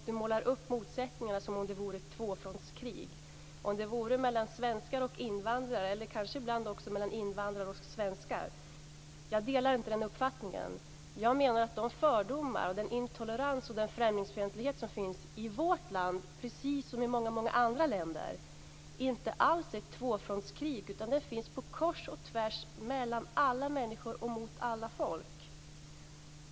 Han målar upp motsättningarna som om det vore ett tvåfrontskrig mellan svenskar och invandrare eller kanske ibland också mellan invandrare och svenskar. Jag delar inte den uppfattningen. Jag menar att de fördomar, den intolerans och den främlingsfientlighet som finns i vårt land, precis som i många andra länder, inte alls är ett tvåfrontskrig. Utan det här finns kors och tvärs mellan alla människor och mot alla folk.